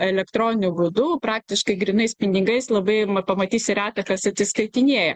elektroniniu būdu praktiškai grynais pinigais labai pamatysi reta kas atsiskaitinėja